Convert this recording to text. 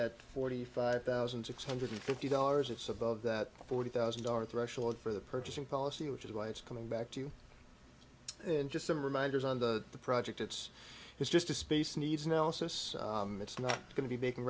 at forty five thousand six hundred fifty dollars it's above that forty thousand dollars threshold for the purchasing policy which is why it's coming back to you in just some reminders on the project it's it's just a speech needs analysis it's not going to be making